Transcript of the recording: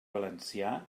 valencià